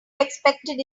expected